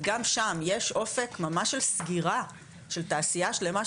וגם שם יש אופן ממש של סגירה של תעשייה שלמה,